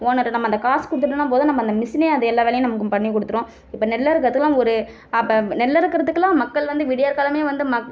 owner நம்ம அந்த காசு கொடுத்துட்டோன்னும் போது நம்ம அந்த மிஷினே அது எல்லா வேலையும் நமக்கு பண்ணி கொடுத்துடும் இப்போ நெல் அறுக்குறதுக்கெலாம் அங்கே ஒரு அப்போ நெல் அறுக்குறதுக்கெலாம் மக்கள் வந்து விடியற்காலமே வந்து